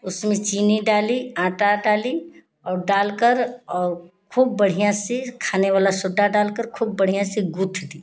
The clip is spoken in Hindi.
उसमें चीनी डाली आटा डाली और डालकर औ खूब बढ़िया से खाने वाला सोडा डालकर खूब बढ़िया से गूँथ दी